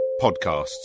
podcasts